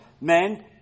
men